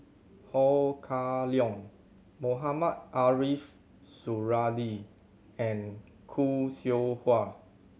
Ho Kah Leong Mohamed Ariff Suradi and Khoo Seow Hwa